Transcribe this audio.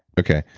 okay.